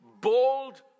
bold